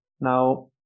Now